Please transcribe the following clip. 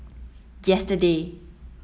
yesterday